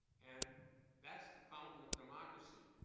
and that's the fountain of democracy,